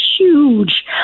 Huge